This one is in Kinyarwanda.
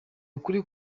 ukuri